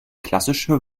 klassische